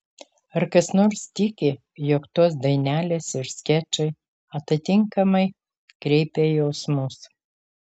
ar kas nors tiki jog tos dainelės ir skečai atitinkamai kreipia jausmus